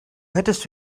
hättest